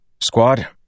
Squad